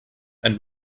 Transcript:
and